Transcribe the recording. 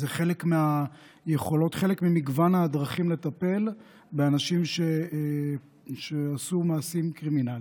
וזה חלק ממגוון הדרכים לטפל באנשים שעשו מעשים קרימינליים.